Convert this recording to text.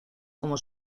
como